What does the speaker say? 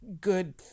good